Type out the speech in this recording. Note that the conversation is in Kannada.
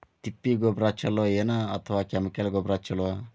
ತಿಪ್ಪಿ ಗೊಬ್ಬರ ಛಲೋ ಏನ್ ಅಥವಾ ಕೆಮಿಕಲ್ ಗೊಬ್ಬರ ಛಲೋ?